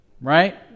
right